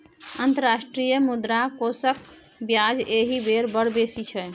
अंतर्राष्ट्रीय मुद्रा कोषक ब्याज एहि बेर बड़ बेसी छै